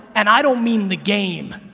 and i don't mean the game.